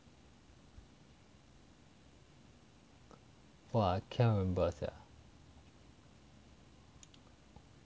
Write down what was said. !wah! can't remember sia